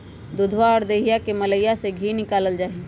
दूधवा और दहीया के मलईया से धी निकाल्ल जाहई